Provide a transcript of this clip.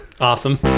Awesome